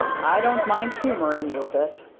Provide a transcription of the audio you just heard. i don't mind humoring you a bit.